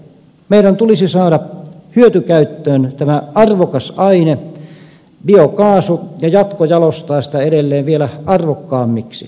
meidän tulisi saada hyötykäyttöön tämä arvokas aine biokaasu ja jatkojalostaa sitä edelleen vielä arvokkaammaksi